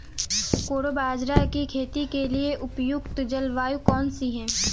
कोडो बाजरा की खेती के लिए उपयुक्त जलवायु कौन सी है?